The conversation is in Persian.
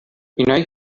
اینایی